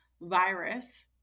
virus